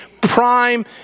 prime